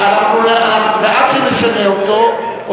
עד שנשנה אותו,